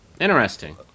Interesting